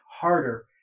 harder